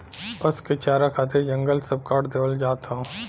पसु के चारा खातिर जंगल सब काट देवल जात हौ